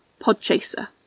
Podchaser